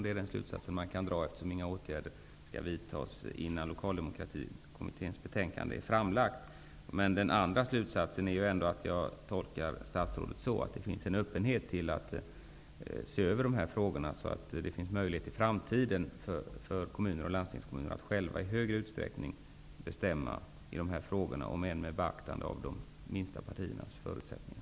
Det är en slutsats som kan dras, eftersom inga åtgärder skall vidtas innan En annan slutsats som kan dras är enligt min tolkning av statsrådets svar att det finns en öppenhet när det gäller att se över dessa frågor och att kommuner och landstingskommuner i framtiden får möjlighet att själva i större utsträckning än som nu är fallet bestämma i de här frågorna -- om än med beaktande av de minsta partiernas förutsättningar.